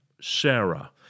Sarah